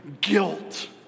guilt